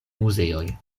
muzeoj